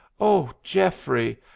oh, geoffrey!